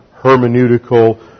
hermeneutical